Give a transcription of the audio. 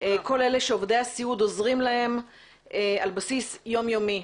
כל אלה שעובדי הסיעוד עוזרים להם על בסיס יום יומי.